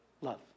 Love